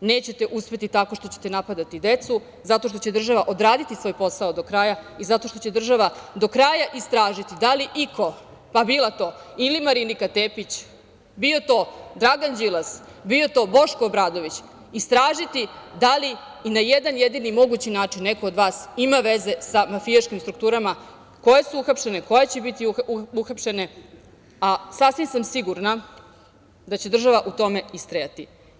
nećete uspeti tako što ćete napadati decu zato što će država odraditi svoj posao do kraja i zato što će država do kraja istražiti da li iko, pa bila to ili Marinika Tepić, bio to Dragan Đilas, bio to Boško Obradović, istražiti da li i na jedan jedini mogući način neko od vas ima veze sa mafijaškim strukturama koje su uhapšene, koje će biti uhapšene, a sasvim sam sigurna da će država u tome istrajati.